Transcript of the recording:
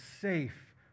safe